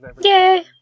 Yay